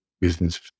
business